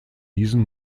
diesem